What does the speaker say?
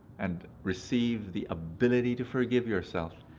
and receive the ability to forgive yourself.